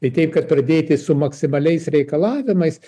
tai teip kad pradėti su maksimaliais reikalavimais